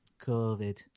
covid